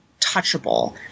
touchable